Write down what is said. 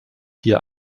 hier